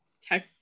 tech